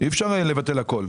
אי אפשר לבטל הכול.